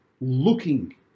looking